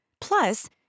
Plus